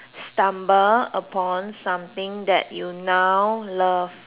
stumble upon something that you now love